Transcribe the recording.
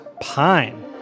Pine